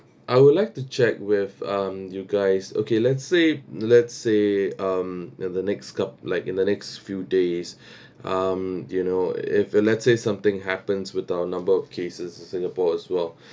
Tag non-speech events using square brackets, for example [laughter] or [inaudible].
I would like to check with um you guys okay let's say let's say um in the next coup~ like in the next few days [breath] um you know if let's say something happens with the our number of cases in singapore as well